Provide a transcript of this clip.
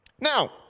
Now